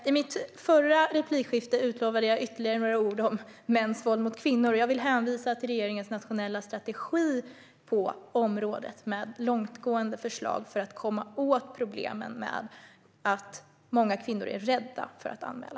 I mitt förra replikskifte utlovade jag ytterligare några ord om mäns våld mot kvinnor. Jag vill hänvisa till regeringens nationella strategi på området med långtgående förslag för att komma åt problemen med att många kvinnor är rädda för att anmäla.